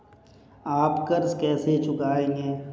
आप कर्ज कैसे चुकाएंगे?